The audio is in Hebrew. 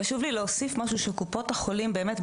חשוב לי להוסיף משהו שקופות החולים באמת,